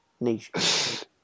niche